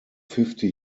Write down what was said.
fifty